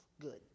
good